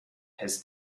has